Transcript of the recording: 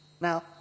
Now